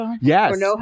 yes